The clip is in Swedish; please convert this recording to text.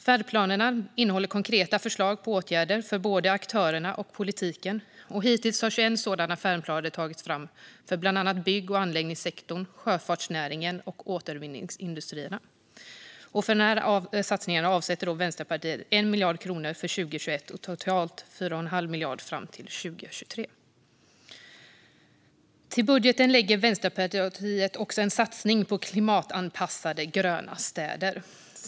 Färdplanerna innehåller konkreta förslag på åtgärder för både aktörerna och politiken. Hittills har 21 sådana färdplaner tagits fram, för bland annat bygg och anläggningssektorn, sjöfartsnäringen och återvinningsindustrierna. För denna satsning avsätter Vänsterpartiet 1 miljard kronor för 2021 och totalt 4 1⁄2 miljard fram till 2023. I budgeten gör Vänsterpartiet också en satsning på klimatanpassade gröna städer.